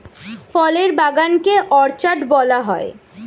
ফলের বাগান কে অর্চার্ড বলা হয়